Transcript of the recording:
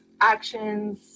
actions